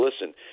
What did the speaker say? listen